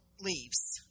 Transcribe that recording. leaves